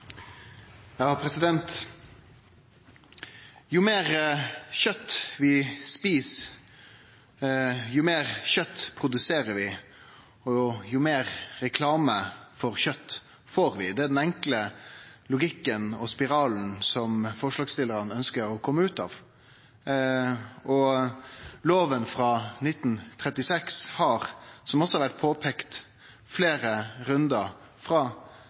Ja. Representanten Sveinung Rotevatn har tatt opp de forslagene han refererte til. Jo meir kjøt vi et, jo meir kjøt produserer vi, og jo meir reklame for kjøt får vi. Det er den enkle logikken og spiralen som forslagsstillarane ønskjer å kome ut av. Som det har vore påpeikt i fleire rundar frå